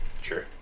Sure